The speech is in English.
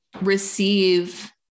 receive